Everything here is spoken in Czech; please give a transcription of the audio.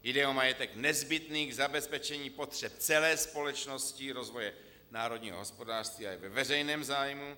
Jde o majetek nezbytný k zabezpečení potřeb celé společnosti, rozvoje národního hospodářství a je ve veřejném zájmu.